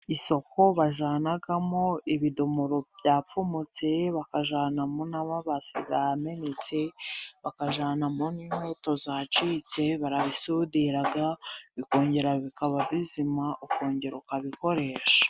Isoko bajyanamo ibidomoro byapfumutse, bakajyanamo n'amabase yamenetse, bakajyanamo n'inkweto zacitse, barabisudira bikongera bikaba bizima, ukongera ukabikoresha.